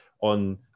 on